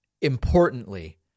importantly